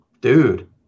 Dude